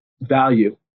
value